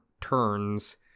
turns